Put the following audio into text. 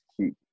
keep